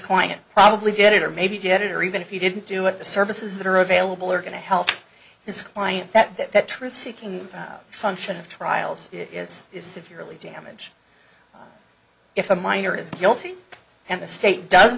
client probably did it or maybe did it or even if you didn't do it the services that are available are going to help his client that that the truth seeking function of trials is is severely damage if a minor is guilty and the state does